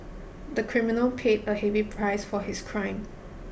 the criminal paid a heavy price for his crime